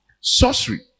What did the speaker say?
Sorcery